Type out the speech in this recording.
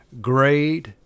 great